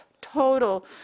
total